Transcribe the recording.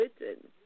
written